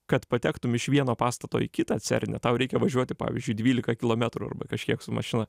kad patektum iš vieno pastato į kitą cerne tau reikia važiuoti pavyzdžiui dvylika kilometrų arba kažkiek su mašina